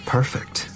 Perfect